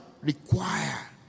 Require